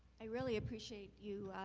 i really appreciate you